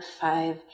five